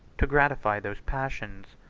to gratify those passions,